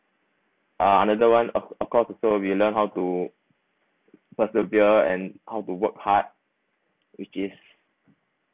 uh another one of course also we learn how to persevere and how to work hard which is